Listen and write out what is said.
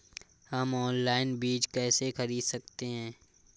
हम ऑनलाइन बीज कैसे खरीद सकते हैं?